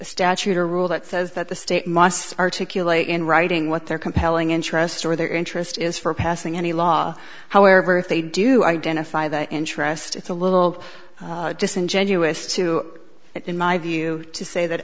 statute or rule that says that the state must articulate in writing what their compelling interest or their interest is for passing any law however if they do identify the interest it's a little disingenuous to it in my view to say that